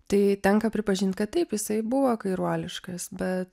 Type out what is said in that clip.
tai tenka pripažint kad taip jisai buvo kairuoliškas bet